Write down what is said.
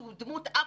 שהוא דמות א-פוליטית,